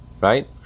right